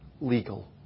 legal